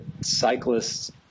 cyclists